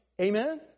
Amen